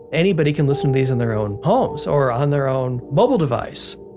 anybody can listen to these in their own homes or on their own mobile device,